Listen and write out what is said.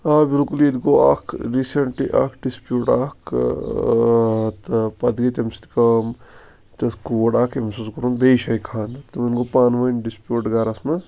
آ بلکل ییٚتہِ گوٚو اَکھ ریٖسیٚنٛٹلی اَکھ ڈِسپیٛوٗٹ اَکھ ٲں تہٕ پَتہٕ گٔے تَمہِ سۭتۍ کٲم ییٚتہِ ٲس کوٗر اَکھ أمِس اوسُکھ کوٚرُمُت بیٚیِس شٲے خانٛدَر تِمن گوٚو پانہٕ وٲنۍ ڈِسپیٛوٗٹ گھرَس منٛز